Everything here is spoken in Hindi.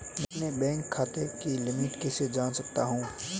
अपने बैंक खाते की लिमिट कैसे जान सकता हूं?